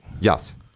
Yes